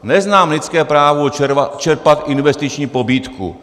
Neznám lidské právo čerpat investiční pobídku.